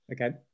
okay